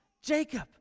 Jacob